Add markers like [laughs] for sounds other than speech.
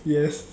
[laughs] yes